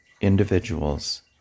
individuals